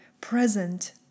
present